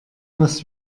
was